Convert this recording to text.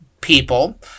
people